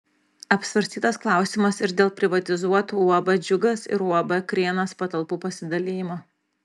apsvarstytas klausimas ir dėl privatizuotų uab džiugas ir uab krienas patalpų pasidalijimo